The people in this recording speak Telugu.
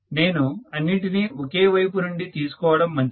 నేను అన్నింటినీ ఒకే వైపు నుండి తీసుకోవడము మంచిది